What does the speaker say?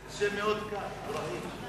זה מאוד קל, אברהים.